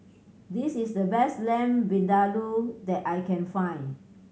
this is the best Lamb Vindaloo that I can find